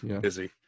Busy